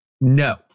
No